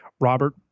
robert